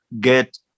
get